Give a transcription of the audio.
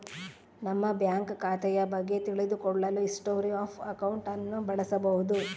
ನಮ್ಮ ಬ್ಯಾಂಕ್ ಖಾತೆಯ ಬಗ್ಗೆ ತಿಳಿದು ಕೊಳ್ಳಲು ಹಿಸ್ಟೊರಿ ಆಫ್ ಅಕೌಂಟ್ ಅನ್ನು ಬಳಸಬೋದು